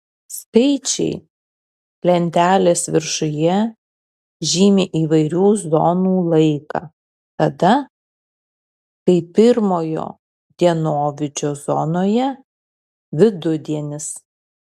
skaičiai lentelės viršuje žymi įvairių zonų laiką tada kai pirmojo dienovidžio zonoje vidudienis